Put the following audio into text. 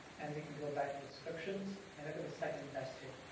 and we can go back to descriptions and look at the second best hit.